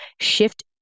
shift